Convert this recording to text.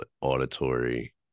auditory